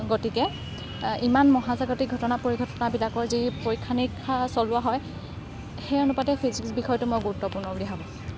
গতিকে ইমান মহাজাগতিক ঘটনা পৰিঘটনাবিলাকৰ যি পৰীক্ষা নিৰীক্ষা চলোৱা হয় সেই অনুপাতে ফিজিক্স বিষয়টো মই গুৰুত্বপূৰ্ণ বুলি ভাবোঁ